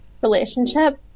relationship